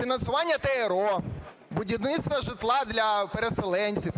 фінансування ТрО, будівництво житла для переселенців,